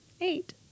eight